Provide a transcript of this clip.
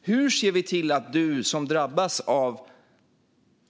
Hur ser vi till att du som drabbas av